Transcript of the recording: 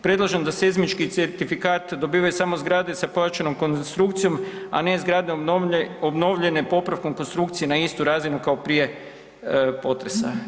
Predlažem da seizmički certifikat dobivaju samo zgrade sa pojačano konstrukcijom a ne zgradom obnovljene popravkom konstrukcije na istu razinu kao prije potresa.